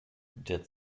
der